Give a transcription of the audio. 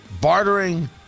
Bartering